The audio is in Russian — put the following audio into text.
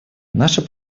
наше